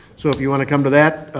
so if you want to come to that,